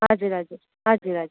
हजुर हजुर हजुर हजुर